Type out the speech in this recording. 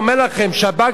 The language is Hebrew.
ומשטרת ישראל,